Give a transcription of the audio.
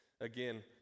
Again